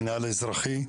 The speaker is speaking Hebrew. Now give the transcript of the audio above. מינהל האזרחי,